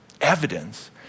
evidence